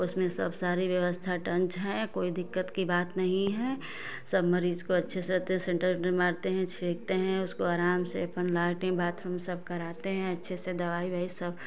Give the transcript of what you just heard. उसमें सब सारी व्यवस्था टंच है कोई दिक्कत की बात नहीं है सब मरीज को अच्छे से सेंटेड अंटेड मारते हैं छिड़कते हैं उसको आराम से लेटरिंग बाथरूम कराते हैं अच्छे से दवाई यूवाई सब